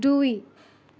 দুই